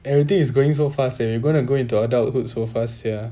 everything is going so fast eh you gonna go into adulthood so fast sia